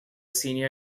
senior